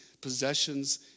Possessions